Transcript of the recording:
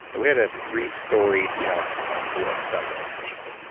we had a three-story jump onto a stunt man cushion.